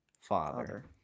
Father